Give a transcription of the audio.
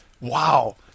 Wow